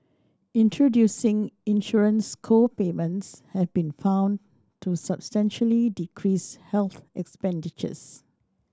introducing insurance co payments have been found to substantially decrease health expenditures